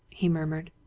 he murmured.